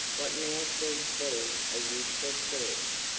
what now seemed to be, a useless search.